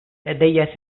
لدي